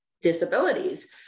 disabilities